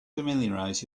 familiarize